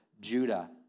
Judah